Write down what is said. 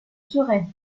sorède